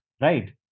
right